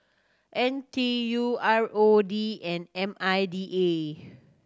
N T U R O D and M I D A